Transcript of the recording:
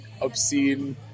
obscene